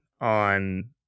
on